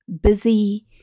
busy